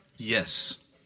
yes